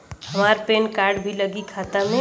हमार PAN card भी लगी खाता में?